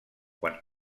quan